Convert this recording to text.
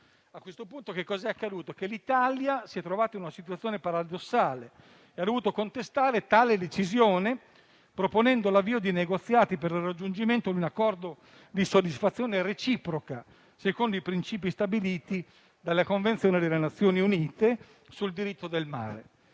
A questo punto l'Italia si è trovata in una situazione paradossale e ha dovuto contestare tale decisione, proponendo l'avvio di negoziati per il raggiungimento di un accordo di soddisfazione reciproca secondo i principi stabiliti dalla Convenzione delle Nazioni Unite sul diritto del mare.